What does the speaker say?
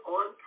on